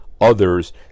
others